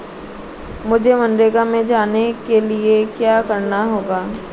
मुझे मनरेगा में जाने के लिए क्या करना होगा?